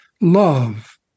Love